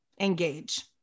engage